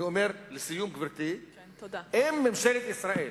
לסיום, אם ממשלת ישראל